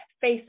face